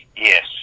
Yes